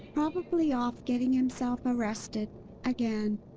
probably off getting himself arrested again.